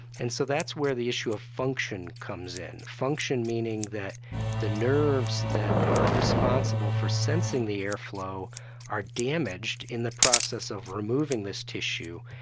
and so that's where the issue of function comes in, function meaning that the nerves that are responsible for sensing the airflow are damaged in the process of removing this tissue.